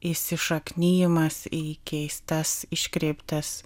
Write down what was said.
įsišaknijimas į keistas iškreiptas